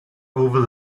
over